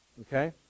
okay